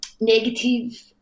negative